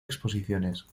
exposiciones